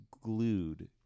glued